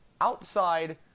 outside